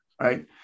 right